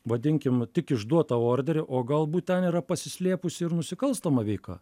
vadinkim tik išduotą orderį o galbūt ten yra pasislėpusi ir nusikalstama veika